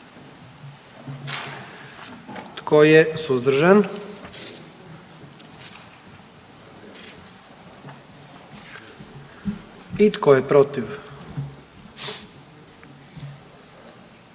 Tko je suzdržan? I tko je protiv?